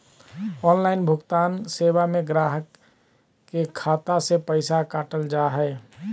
online भुगतान सेवा में गाहक के खाता से पैसा काटल जा हइ